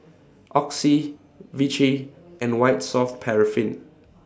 Oxy Vichy and White Soft Paraffin